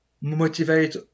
motivate